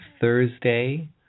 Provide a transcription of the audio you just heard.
Thursday